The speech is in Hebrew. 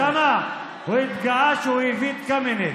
אוסאמה, הוא התגאה שהוא הביא את קמיניץ.